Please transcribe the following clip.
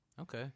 Okay